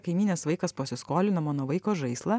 kaimynės vaikas pasiskolino mano vaiko žaislą